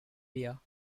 area